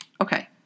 Okay